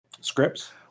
scripts